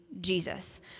Jesus